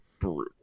brutal